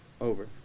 over